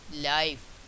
life